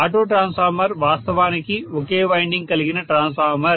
auto transformer వాస్తవానికి ఒకే winding కలిగిన ట్రాన్స్ఫార్మర్